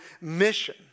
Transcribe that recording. mission